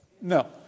No